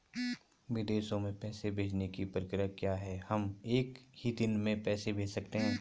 विदेशों में पैसे भेजने की प्रक्रिया क्या है हम एक ही दिन में पैसे भेज सकते हैं?